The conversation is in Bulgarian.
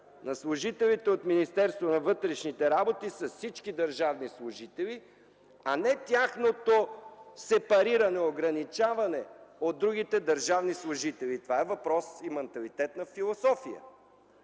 на служителите от Министерството на вътрешните работи с всички държавни служители, а не тяхното сепариране – ограничаване, от другите държавни служители. Това е въпрос и манталитет на философията.